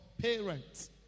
parents